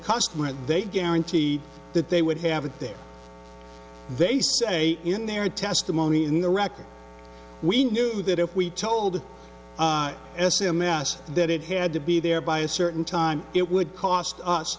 customer they guarantee that they would have it there they say in their testimony in the record we knew that if we told the s m s that it had to be there by a certain time it would cost us